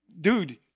Dude